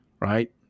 right